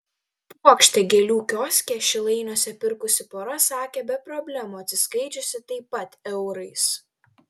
puokštę gėlių kioske šilainiuose pirkusi pora sakė be problemų atsiskaičiusi taip pat eurais